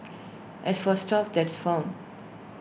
as for stuff that's found